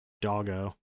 Doggo